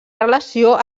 relació